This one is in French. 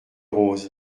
rose